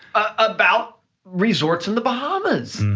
about resorts in the bahamas.